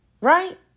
Right